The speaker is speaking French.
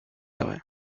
arrêt